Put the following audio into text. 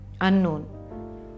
unknown